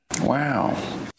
Wow